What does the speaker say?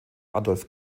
adolf